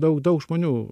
daug daug žmonių